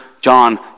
John